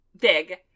big